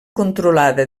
controlada